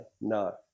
no